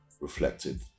reflected